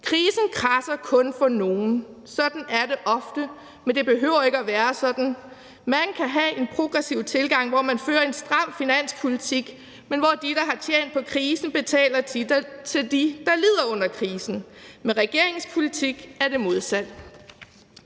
Krisen kradser kun for nogle. Sådan er det ofte, men det behøver ikke at være sådan. Man kan have en progressiv tilgang, hvor man fører en stram finanspolitik, men hvor de, der har tjent på krisen, betaler til dem, der lider under krisen. Med regeringens politik er det modsat.